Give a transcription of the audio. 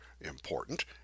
important